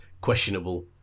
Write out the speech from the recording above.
questionable